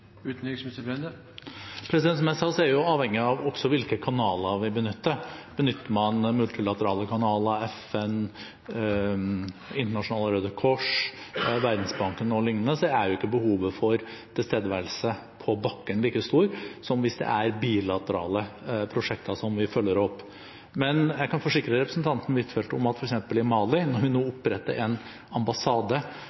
Som jeg sa, er vi også avhengige av hvilke kanaler vi benytter. Benytter man multilaterale kanaler, FN, Det internasjonale Røde Kors, Verdensbanken o.l., er jo ikke behovet for tilstedeværelse på bakken like stort som hvis det er bilaterale prosjekter som vi følger opp. Men jeg kan forsikre representanten Huitfeldt om at f.eks. i Mali, når vi nå